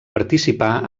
participà